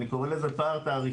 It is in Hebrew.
אני קורא לזה פער תעריפי.